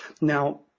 now